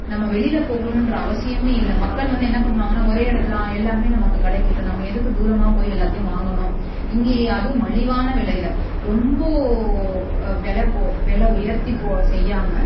நம்ம வெளியில் போகணும்ன்ற அவசியமே இல்லை மக்கள் வந்து என்ன பண்ணுவாங்கன்னா ஒரே இடத்துல ஆ எல்லாமே நமக்கு கிடைக்கிது நம்ம எதுக்கு தூரமாக போய் எல்லாத்தையும் வாங்கணும் இங்கேயே அதுவும் மலிவான விலையில் ரொம்ப க வெலை போ வெலை உயர்த்தி போ செய்யாமல்